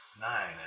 Nine